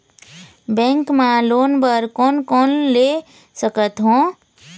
Bank मा loan बर कोन कोन ले सकथों?